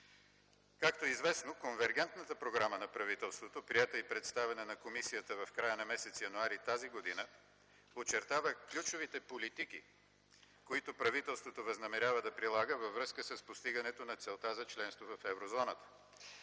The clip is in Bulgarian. Както е известно, конвергентната програма на правителства, приета и представена на комисията в края на месец януари тази година, очертава ключовите политики, които правителството възнамерява да прилага във връзка с постигането на целта за членство в еврозоната.